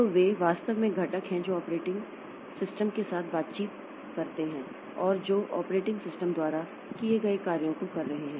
तो वे वास्तव में घटक हैं जो ऑपरेटिंग जी सिस्टम के साथ बातचीत करते हैं और जो ऑपरेटिंग सिस्टम द्वारा किए गए कार्यों को कर रहे हैं